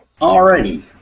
Alrighty